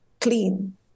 clean